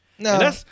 No